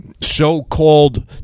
so-called